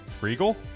Regal